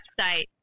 website